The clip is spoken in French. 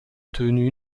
obtenu